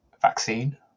vaccine